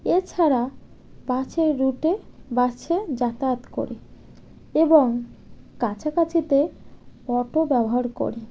এছাড়া বাসের রুটে বাছে যাতায়াত করে এবং কাছাকাছিতে অটো ব্যবহার করে